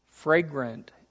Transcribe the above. fragrant